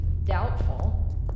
Doubtful